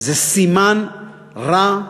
זה סימן רע.